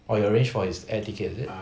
oh you arrange for his air ticket is it